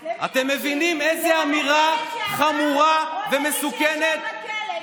אז למי נקשיב, לרמטכ"ל לשעבר או למי שישב בכלא?